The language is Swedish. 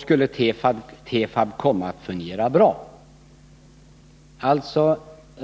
skulle Tefab komma att fungera bra.